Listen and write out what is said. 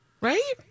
right